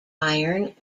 iron